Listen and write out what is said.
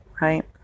right